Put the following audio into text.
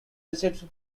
received